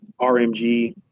RMG